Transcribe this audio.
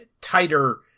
tighter